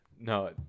No